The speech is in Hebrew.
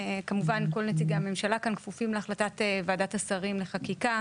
כמובן כל נציגי הממשלה כאן כפופים להחלטת ועדת השרים לחקיקה